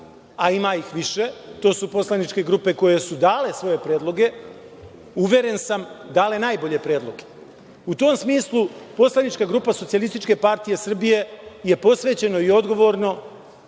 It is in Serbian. a ima ih više, to su poslaničke grupe koje su dale svoje predloge, uveren sam, dale najbolje predloge. U tom smislu, poslanička grupa SPS je posvećeno i odgovorno